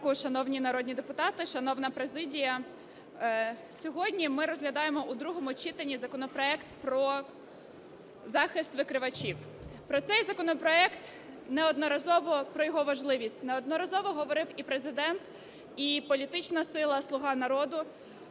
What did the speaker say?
ранку, шановні народні депутати, шановна президія! Сьогодні ми розглядаємо у другому читанні законопроект про захист викривачів. Про цей законопроект неодноразово… про його важливість, неодноразово говорив і Президент, і політична сила "Слуга народу"